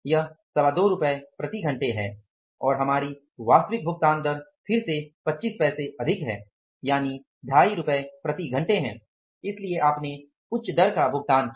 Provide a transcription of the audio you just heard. यह 225 रुपये प्रति घंटे है और हमारी वास्तविक भुगतान दर फिर से 25 पैसे अधिक है यानि 250 प्रति घंटे है इसलिए आपने उच्च दर का भुगतान किया